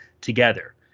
together